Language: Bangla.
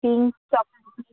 পিঙ্ক